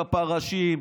את הפרשים,